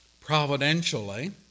Providentially